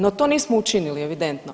No to nismo učinili evidentno.